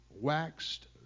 Waxed